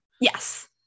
yes